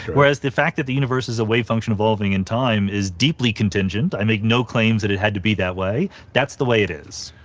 whereas, the fact that the universe is a wave function evolving in time is deeply contingent, i make no claims that it had to be that way, that's the way it is.